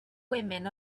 women